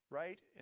right